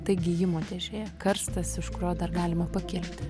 tai gijimo dėžė karstas iš kurio dar galima pakilti